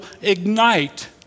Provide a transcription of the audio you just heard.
ignite